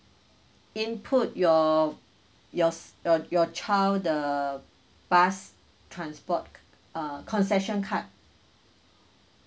input your yours your your child the bus transport uh concession card